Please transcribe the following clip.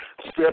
step